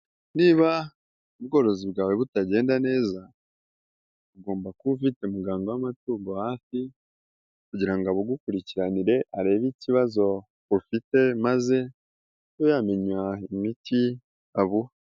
Niba ubworozi bwawe butagenda neza ,ugomba kuba ufite umuganga w'amatungo hafi kujyirango abugukurikiranire arebe icyibazo bufite maze kuba yamenya imiti abuha.